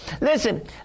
Listen